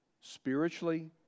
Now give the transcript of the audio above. spiritually